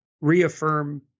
reaffirm